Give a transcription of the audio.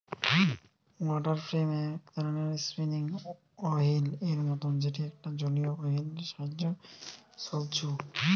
water frame এক ধরণের spinning wheel এর মতন যেটি একটা জলীয় ওহীল এর সাহায্যে ছলছু